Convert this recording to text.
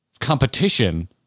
competition